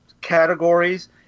categories